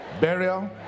burial